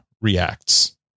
reacts